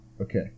Okay